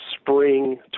spring